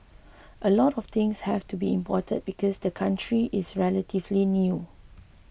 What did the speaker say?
a lot of things have to be imported because the country is relatively new